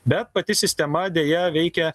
bet pati sistema deja veikia